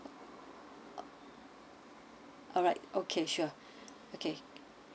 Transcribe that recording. alright okay sure okay